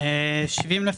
70%